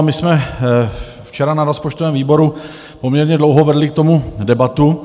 My jsme včera na rozpočtovém výboru poměrně dlouho vedli k tomu debatu.